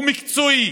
שהוא מקצועי,